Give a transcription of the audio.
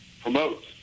promotes